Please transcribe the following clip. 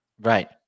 Right